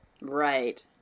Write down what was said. Right